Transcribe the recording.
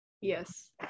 Yes